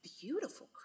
beautiful